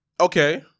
Okay